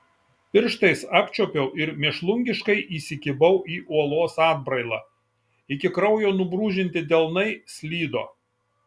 pirštais apčiuopiau ir mėšlungiškai įsikibau į uolos atbrailą iki kraujo nubrūžinti delnai slydo